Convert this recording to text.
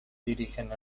dirigen